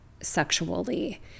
sexually